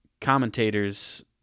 commentators